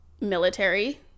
military